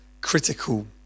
critical